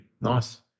Nice